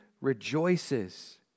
rejoices